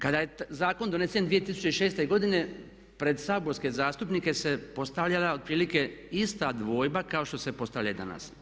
Kada je zakon donesen 2006. godine pred saborske zastupnike se postavljala otprilike ista dvojba kao što se postavlja i danas.